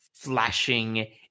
Flashing